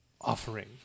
offering